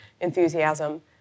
enthusiasm